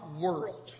world